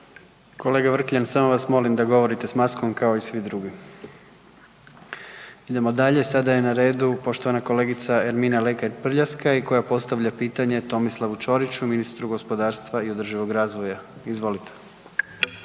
Kolega Vrkljan, samo vas molim da govorite s maskom kao i svi drugi. **Jandroković, Gordan (HDZ)** Idemo dalje, sada je na redu poštovana kolegica Ermina Lekaj Prljaskaj koja postavlja pitanje Tomislavu Čoriću, ministru gospodarstva i održivog razvoja, izvolite.